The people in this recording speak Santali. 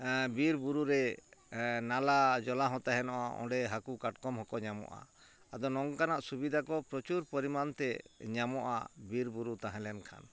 ᱵᱤᱨᱵᱩᱨᱩᱨᱮ ᱱᱟᱞᱟ ᱡᱚᱞᱟᱦᱚᱸ ᱛᱟᱦᱮᱱᱚᱜᱼᱟ ᱚᱸᱰᱮ ᱦᱟᱹᱠᱩ ᱠᱟᱴᱠᱚᱢ ᱦᱚᱸᱠᱚ ᱧᱟᱢᱚᱜᱼᱟ ᱟᱫᱚ ᱱᱚᱝᱠᱟᱱᱟᱜ ᱥᱩᱵᱤᱫᱷᱟᱠᱚ ᱯᱨᱚᱪᱩᱨ ᱯᱚᱨᱤᱢᱟᱱᱛᱮ ᱧᱟᱢᱚᱜᱼᱟ ᱵᱤᱨᱵᱩᱨᱩ ᱛᱟᱦᱮᱸ ᱞᱮᱱᱠᱷᱟᱱ